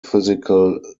physical